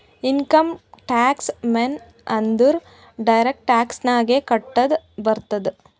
income tax ಮೇನ್ ಅಂದುರ್ direct tax ನಾಗೆ ಕಟ್ಟದ್ ಬರ್ತುದ್